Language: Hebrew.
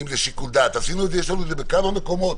יש לנו את זה בכמה מקומות,